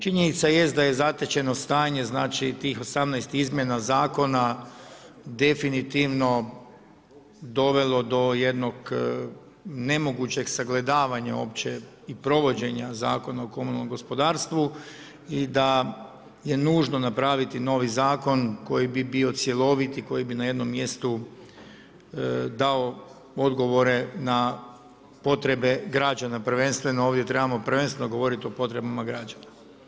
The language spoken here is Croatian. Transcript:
Činjenica je da je zatečeno stanje, znači, tih 18 izmjena zakona, definitivno, dovelo do jednog nemogućeg sagledanje uopće i provođenja Zakona o komunalnom gospodarstvu i da je nužno napraviti novi zakon koji bi bio cjelovit i koji bi na jednom mjestu dao odgovore, na potrebe građana, prvenstvo ovdje trebamo, prvenstveno govoriti o potrebama građanima.